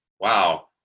wow